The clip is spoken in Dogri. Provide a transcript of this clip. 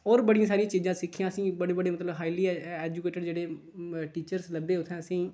होर बड़ियां सारियां चीजां सिक्खियां असें बड़े बड़े मतलब हाइली ऐऐजूकेटड जेह्ड़े टीचर्स लब्भे उत्थै जेह्ड़े असेंगी